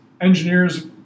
engineers